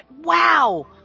wow